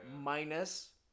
minus